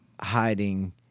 hiding